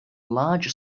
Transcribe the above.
large